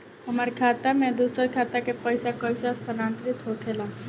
हमार खाता में दूसर खाता से पइसा कइसे स्थानांतरित होखे ला?